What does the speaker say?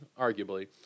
arguably